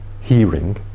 hearing